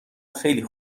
خیلی